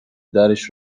درش